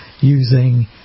using